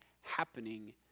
happening